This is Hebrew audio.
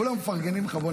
כולם מפרגנים לך.